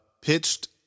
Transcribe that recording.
pitched